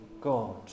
God